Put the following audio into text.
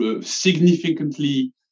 significantly